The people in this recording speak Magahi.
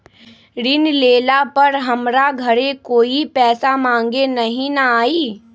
ऋण लेला पर हमरा घरे कोई पैसा मांगे नहीं न आई?